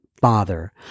father